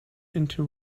into